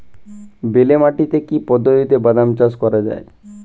বেলে মাটিতে কি পদ্ধতিতে বাদাম চাষ করা যায়?